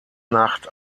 nacht